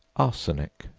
arsenic,